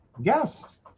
Yes